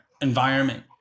environment